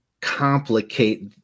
complicate